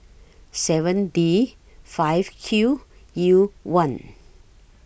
seven D five Q U one